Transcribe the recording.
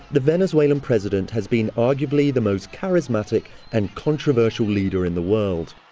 the venezuelan president has been arguably the most charismatic and controversial leader in the world.